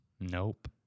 Nope